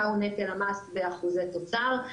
מהו נטל המס באחוזי תוצר,